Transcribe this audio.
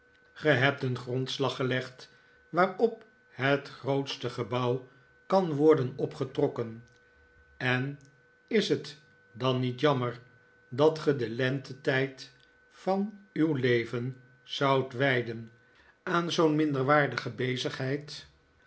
ge hebt een grondslag gelegd waarpp het grootste gebouw kan worden opgetrokken en is het dan niet jammer dat ge den lentetijd van uw leven zoudt wijden aan zoo'n minderwaardige bezigheid